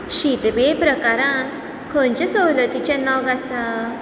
शितबे प्रकारांत खंयचें सवलतीचे नग आसा